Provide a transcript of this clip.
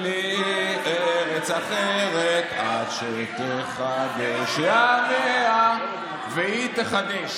"אין לי ארץ אחרת / עד שתחדש ימיה" והיא תחדש,